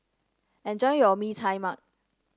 enjoy your Mee Tai Mak